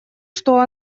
что